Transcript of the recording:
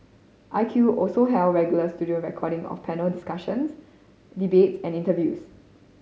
I Q also held regular studio recording of panel discussions debates and interviews